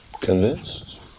convinced